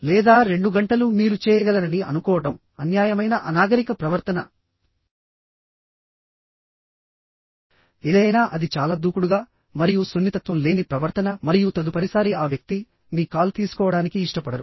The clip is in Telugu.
లేదా 2 గంటలు మీరు చేయగలరని అనుకోవడం అన్యాయమైన అనాగరిక ప్రవర్తన ఏదైనా అది చాలా దూకుడుగా మరియు సున్నితత్వం లేని ప్రవర్తన మరియు తదుపరిసారి ఆ వ్యక్తి మీ కాల్ తీసుకోవడానికి ఇష్టపడరు